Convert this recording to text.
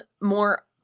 more